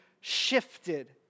shifted